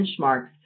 benchmarks